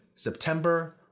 september,